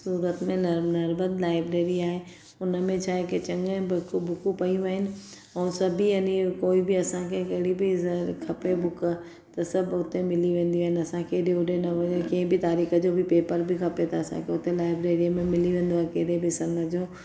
सूरत में नर निर्बत लाइब्रेरी आहे उनमें छा आहे की चङियूं ई बुकु बुकूं पियूं आहिनि ऐं सभई यानी कोई बि असांखे केहिड़ी बि ज खपे बुक त सभु हुते मिली वेंदियूं आहिनि असांखे हेॾे होॾे न वञी कंहिं बि तारीख़ जो बि पेपर बि खपे त असांखे हुते लाइब्रेरी मां मिली वेंदो आहे केहिड़े बि सन जो